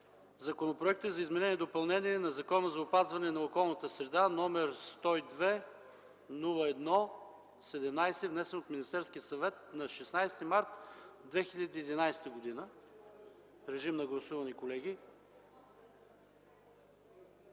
Законопроекта за изменение и допълнение на Закона за опазване на околната среда, № 102-01-17, внесен от Министерския съвет на 16 март 2011 г. Гласували